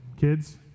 kids